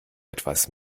etwas